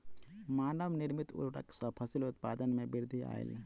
मानव निर्मित उर्वरक सॅ फसिल उत्पादन में वृद्धि आयल